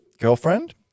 girlfriend